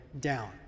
down